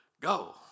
Go